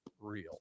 real